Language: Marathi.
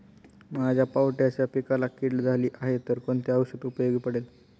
माझ्या पावट्याच्या पिकाला कीड झाली आहे तर कोणते औषध उपयोगी पडेल?